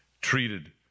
treated